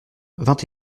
vingt